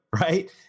Right